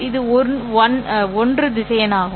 இது 1 திசையன் ஆகும்